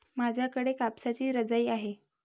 माझ्याकडे कापसाची रजाई आहे